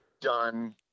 done